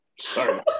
Sorry